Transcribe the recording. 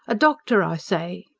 a doctor, i say?